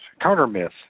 counter-myth